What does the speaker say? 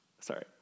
sorry